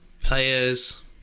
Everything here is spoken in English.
players